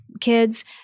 kids